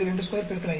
22 X 5